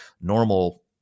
normal